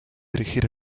dirigir